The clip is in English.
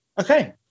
Okay